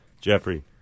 Jeffrey